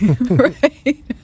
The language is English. Right